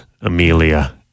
Amelia